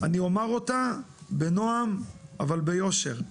אני אומר אותה בנועם אבל ביושר.